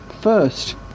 first